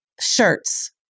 shirts